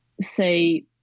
say